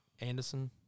Anderson